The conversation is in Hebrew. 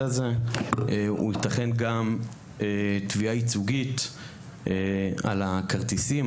הזה ויתכן גם תביעה ייצוגית על הכרטיסים.